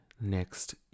next